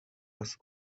است